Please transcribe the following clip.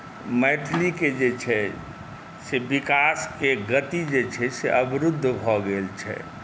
मैथिलीके जे छै से विकासके गति जे छै से अवरुद्ध भऽ गेल छै